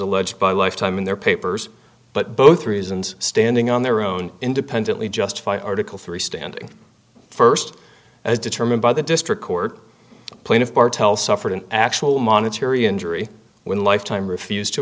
alleged by life time in their papers but both reasons standing on their own independently justify article three standing first as determined by the district court plaintiff martel suffered an actual monetary injury when lifetime refused to